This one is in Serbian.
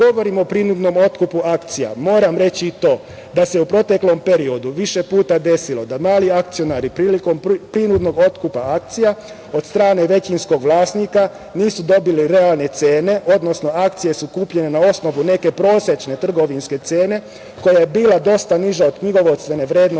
govorimo o prinudnom otkupu akcija, moram reći i to da se u proteklom periodu više puta desilo da mali akcionari prilikom prinudnog otkupa akcija od strane većinskog vlasnika nisu dobili realne cene, odnosno akcije su kupljene na osnovu prosečne trgovinske cene koja je bila dosta niža od knjigovodstvene vrednosti